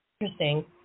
interesting